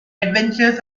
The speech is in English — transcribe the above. adventures